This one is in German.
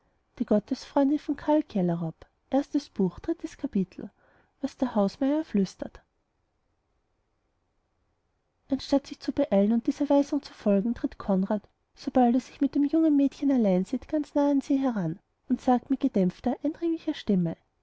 anstatt sich zu beeilen und dieser weisung zu folgen tritt konrad sobald er sich mit dem jungen mädchen allein sieht ganz nahe an sie heran und sagt mit gedämpfter eindringlicher stimme